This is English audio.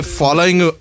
following